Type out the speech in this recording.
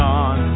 on